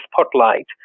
spotlight